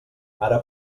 ara